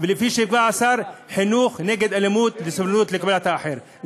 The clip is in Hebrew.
זאת הדרישה שלנו: לשנות את החלוקה המגדרית של